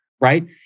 right